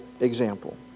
example